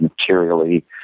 materially